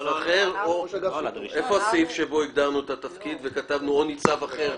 איפה הסעיף שבו הגדרנו את התפקיד וכתבנו "או ניצב אחר"?